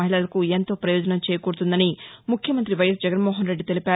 మహిళలకు ఎంతో పయోజనం చేకూరుతుందని ముఖ్యమంత్రి వైఎస్ జగన్మోహన్రెడ్డి తెలిపారు